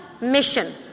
mission